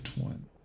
one